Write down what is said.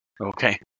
Okay